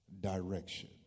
direction